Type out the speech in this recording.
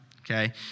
okay